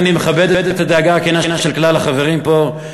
אני מכבד את הדאגה הכנה של כלל החברים פה,